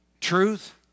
truth